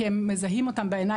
כי הם מזהים אותם בעיני,